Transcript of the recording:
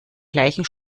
gleichen